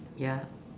ya